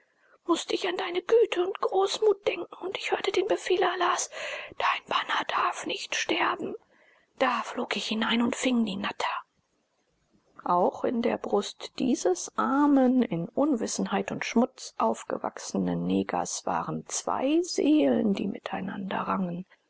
mußte ich an deine güte und großmut denken und ich hörte den befehl allahs dein bana darf nicht sterben da flog ich hinein und fing die natter auch in der brust dieses armen in unwissenheit und schmutz aufgewachsenen negers waren zwei seelen die miteinander rangen